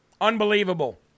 unbelievable